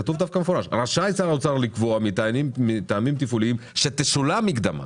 כתוב דווקא במפורש 'רשאי שר האוצר לקבוע מטעמים תפעוליים שתשולם מקדמה'.